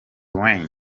wayne